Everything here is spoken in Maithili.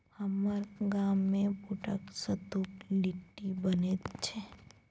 हमर गाममे बूटक सत्तुक लिट्टी बनैत छै